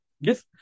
Yes